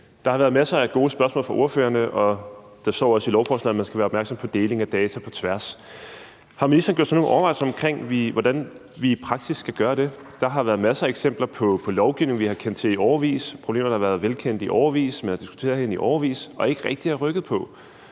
Der har været masser af gode spørgsmål fra ordførerne, og der står også i lovforslaget, at man skal være opmærksom på deling af data på tværs. Har ministeren gjort sig nogen overvejelser om, hvordan vi i praksis skal gøre det? Der har været masser af eksempler på lovgivning, vi har kendt til i årevis, og på problemer, der har været velkendte i årevis, og som man har diskuteret herinde i årevis, men som man ikke rigtig har rykket på.